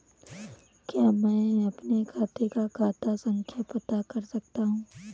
क्या मैं अपने खाते का खाता संख्या पता कर सकता हूँ?